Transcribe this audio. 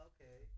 Okay